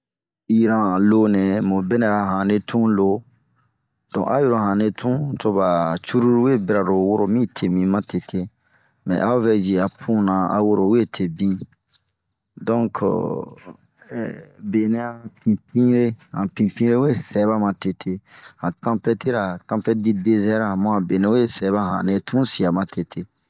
Iran a tun nɛ mun bira a hɛnre tun loo, donke a oyi lo hanre tun toba cururu we bara lo woro mi tee bin matete. Mɛ a o vɛ yi a puna a woro we tee bin, donke be nɛ a pinpinre han pinpinre we sɛba matete. han tampɛti ra han tampɛti di dezɛrra bun a benɛ we sɛba hanre tunsie matete.